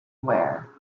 wear